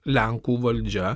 lenkų valdžia